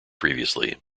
previously